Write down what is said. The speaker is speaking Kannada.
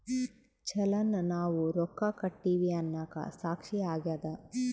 ಚಲನ್ ನಾವ್ ರೊಕ್ಕ ಕಟ್ಟಿವಿ ಅನ್ನಕ ಸಾಕ್ಷಿ ಆಗ್ಯದ